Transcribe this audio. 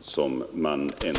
skulle ge förutsättningar för.